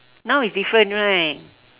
now is different right